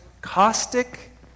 caustic